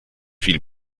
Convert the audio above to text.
fiel